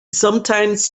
sometimes